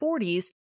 40s